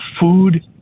food